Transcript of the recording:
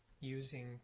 using